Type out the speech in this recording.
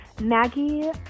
Maggie